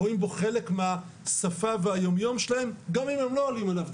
רואים בו חלק מהשפה והיום-יום שלהם גם אם הם לא עולים אליו,